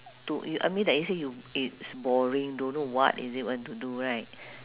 to you I mean like you say you it's boring don't know what is it want to do right